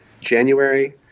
January